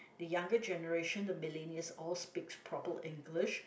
the younger generation the millennials all speaks proper English